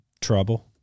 Trouble